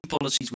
policies